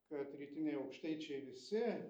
kad rytiniai aukštaičiai visi